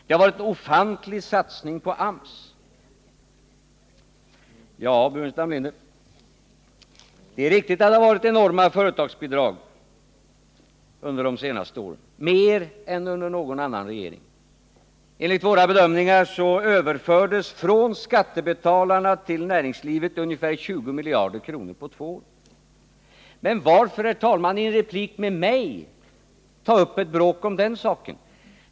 Det har varit en ofantlig satsning på AMS. Ja, herr Burenstam Linder, det är riktigt att det har varit enorma företagsbidrag under de senaste åren, mer än under någon annan regering. Enligt våra bedömningar överfördes från skattebetalarna till näringslivet ungefär 20 miljarder kronor på två år. Men varför, herr talman, skall man i en replik till mig ta upp ett bråk om den saken?